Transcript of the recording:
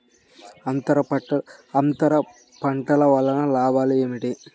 అంతర పంటల వలన లాభాలు ఏమిటి?